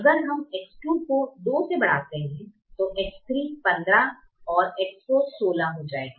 अगर हम X1 को 2 से बढ़ाते हैं तो X3 15 और X4 16 हो जाएगा